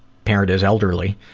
parent is elderly.